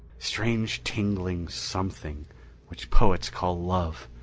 strange tingling something which poets call love!